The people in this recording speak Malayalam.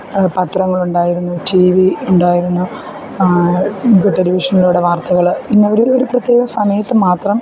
പത്രങ്ങൾ ഉണ്ടായിരുന്നു ടി വി ഉണ്ടായിരുന്നു ഇപ്പം ടെലിവിഷനിലൂടെ വാർത്തകൾ ഇന്ന ഒരു ഒരു പ്രത്യേക സമയത്ത് മാത്രം